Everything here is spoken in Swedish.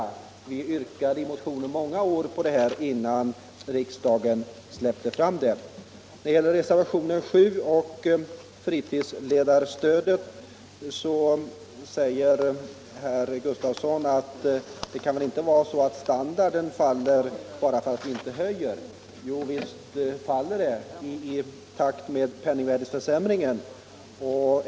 I många år yrkade vi på dem i motioner, innan riksdagen släppte fram dem. Beträffande reservationen 7 om fritidsledarstödet framhåller herr Gustafsson att det väl inte kan vara så att standarden faller bara därför att anslaget inte höjs. Jo, visst faller den i takt med penningvärdeförsämringen.